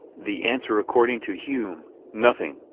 the answer according to hume nothing,